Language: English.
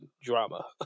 drama